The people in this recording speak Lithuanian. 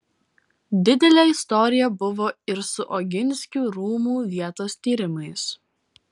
didelė istorija buvo ir su oginskių rūmų vietos tyrimais